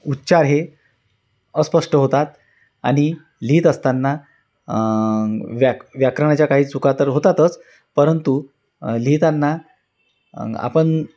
उच्चार हे अस्पष्ट होतात आणि लिहित असताना व्या व्याकरणाच्या काही चुका तर होतातच परंतु लिहिताना आपण